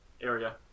area